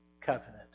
covenant